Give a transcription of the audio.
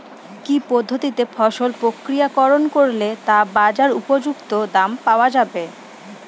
কি পদ্ধতিতে ফসল প্রক্রিয়াকরণ করলে তা বাজার উপযুক্ত দাম পাওয়া যাবে?